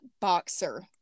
boxer